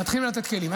מתחילים לתת כלים.